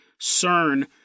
CERN